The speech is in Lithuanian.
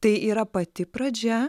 tai yra pati pradžia